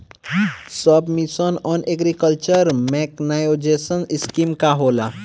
सब mission on agriculture mechanization scheme का होला?